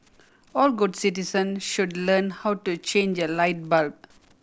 all good citizen should learn how to change a light bulb